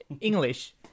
English